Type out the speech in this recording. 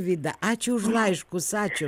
vida ačiū už laiškus ačiū